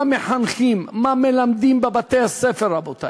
מה מחנכים, מה מלמדים בבתי-הספר, רבותי?